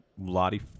Lottie